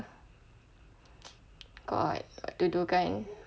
god what to do kan